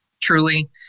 truly